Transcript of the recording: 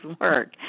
work